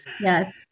yes